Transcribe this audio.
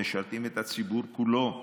משרתים את הציבור כולו,